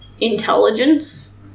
intelligence